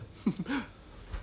err